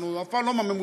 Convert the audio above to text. אנחנו אף פעם לא בממוצע.